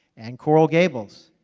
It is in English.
and coral gables.